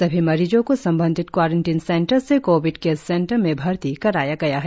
सभी मरीजों को संबंधित क्वारंटीन सेंटर से कोविड केयर सेंटर में भर्ती कराया गया है